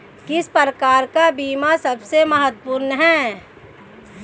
किस प्रकार का बीमा सबसे महत्वपूर्ण है?